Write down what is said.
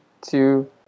two